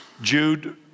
Jude